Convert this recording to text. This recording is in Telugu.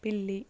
పిల్లి